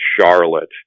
Charlotte